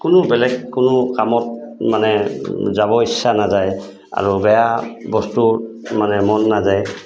কোনো বেলেগ কোনো কামত মানে যাব ইচ্ছা নাযায় আৰু বেয়া বস্তুত মানে মন নাযায়